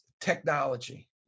technology